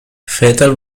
fetal